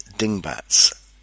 Dingbats